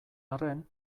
arren